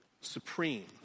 supreme